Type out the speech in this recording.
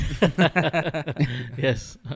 Yes